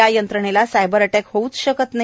या यंत्रणेला cyber attack होव्च शकत नाही